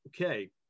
okay